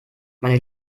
meine